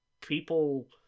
people